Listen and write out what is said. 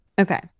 Okay